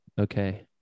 okay